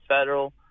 federal